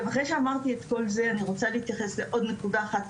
עכשיו אחרי שאמרתי את כל זה אני רוצה להתייחס לעוד נקודה אחת,